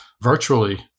virtually